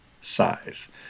size